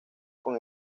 con